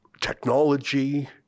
technology